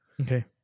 Okay